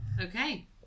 Okay